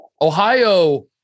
Ohio